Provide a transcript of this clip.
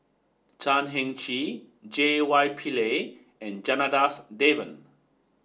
Chan Heng Chee J Y Pillay and Janadas Devan